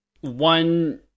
one